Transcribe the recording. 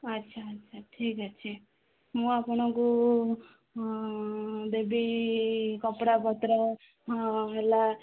ଆଚ୍ଛା ଆଚ୍ଛା ଠିକ୍ ଅଛି ମୁଁ ଆପଣଙ୍କୁ ହଁ ଦେବି କପଡ଼ା ପତ୍ର ହଁ ହେଲା